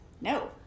no